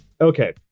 Okay